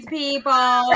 people